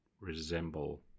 resemble